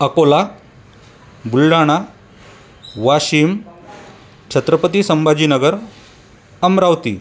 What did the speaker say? Akola Buldhana Washim Chhatrapati Sambhajinagar Amravati